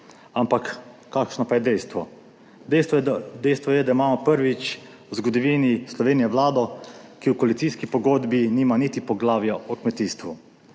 Ampak kakšno pa je dejstvo? Dejstvo je, da imamo prvič v zgodovini Slovenije Vlado, ki v koalicijski pogodbi nima niti poglavja o kmetijstvu,